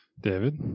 David